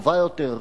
טובה יותר,